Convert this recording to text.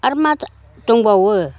आरो मा दंबावो